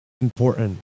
important